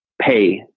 Pay